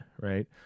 right